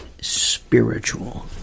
spiritual